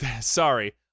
Sorry